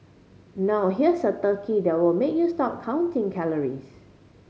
now here's a turkey that will make you stop counting calories